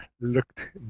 looked